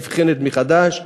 נבחן מחדש,